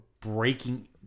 breaking